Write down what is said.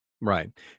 Right